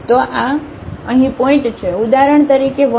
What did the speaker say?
તો અહીં પોઇન્ટ છે ઉદાહરણ તરીકે 1 અને 2